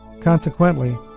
Consequently